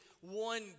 one